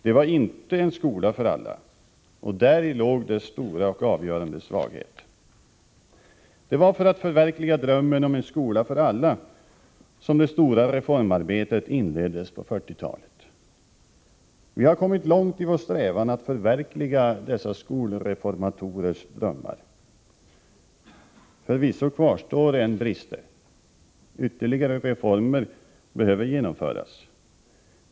Den var inte en skola för alla, och däri låg dess stora och avgörande svaghet. Det var för att förverkliga drömmen om en skola för alla som det stora reformarbetet inleddes på 1940-talet. Vi har kommit långt i vår strävan att förverkliga dessa skolreformatorers drömmar. Förvisso kvarstår än brister. Ytterligare reformer behöver genomföras.